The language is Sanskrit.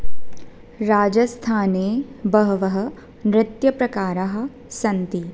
राजस्थाने बहवः नृत्यप्रकाराः सन्ति